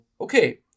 okay